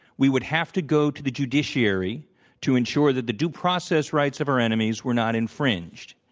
we would have to go to the judiciary to ensure that the due process rights of our enemies were not infringed.